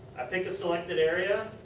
i pick a selected area.